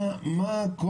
לא יכול